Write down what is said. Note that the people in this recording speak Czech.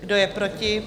Kdo je proti?